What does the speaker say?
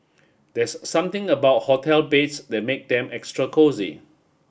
there's something about hotel beds that makes them extra cosy